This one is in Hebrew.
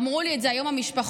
אמרו לי את זה היום המשפחות,